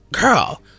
girl